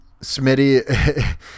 Smitty